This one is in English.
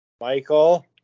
Michael